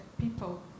people